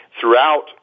throughout